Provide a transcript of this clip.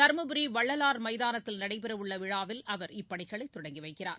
தருமபுரி வள்ளலார் மைதானத்தில் நடைபெறவுள்ள விழாவில் அவர் இப்பணிகளை தொடங்கி வைக்கிறார்